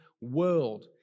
world